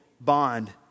bond